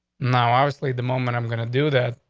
now. obviously, the moment i'm gonna do that,